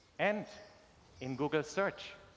and in google search,